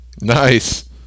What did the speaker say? Nice